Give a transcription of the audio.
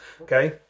okay